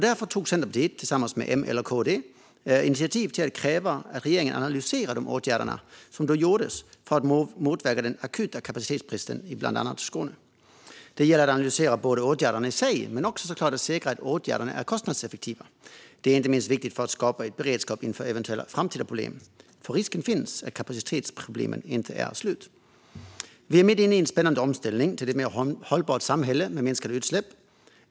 Därför tog Centerpartiet tillsammans med M, L och KD initiativ till att kräva att regeringen analyserar de åtgärder som vidtogs för att motverka den akuta kapacitetsbristen i bland annat Skåne. Det gäller både att analysera åtgärderna i sig och såklart att säkra att åtgärderna är kostnadseffektiva. Det är inte minst viktigt för att skapa beredskap inför eventuella framtida problem, för risken finns att kapacitetsproblemen inte är slut. Vi är mitt inne i en spännande omställning till ett mer hållbart samhälle med minskade utsläpp.